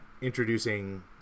introducing